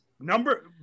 Number